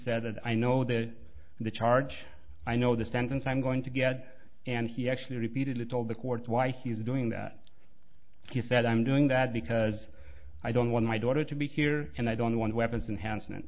and i know that the charge i know the sentence i'm going to get and he actually repeatedly told the court why he is doing that he said i'm doing that because i don't want my daughter to be here and i don't want weapons in han